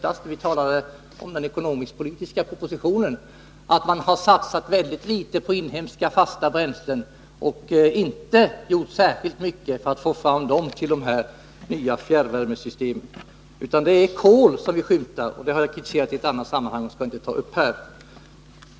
Redan när vi i höstas diskuterade den ekonomisk-politiska propositionen sade jag att man har satsat mycket litet på inhemska fasta bränslen och inte gjort särskilt mycket för att få fram sådana till de nya fjärrvärmesystemen. Det är kol som vi skymtar. Det har jag kritiserat i ett annat sammanhang, och jag skall inte ta upp det här.